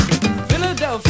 Philadelphia